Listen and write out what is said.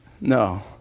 No